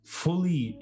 fully